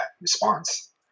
response